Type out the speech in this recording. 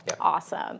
Awesome